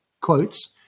quotes